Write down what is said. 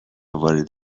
وارد